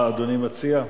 מה אדוני מציע?